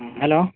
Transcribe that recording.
hello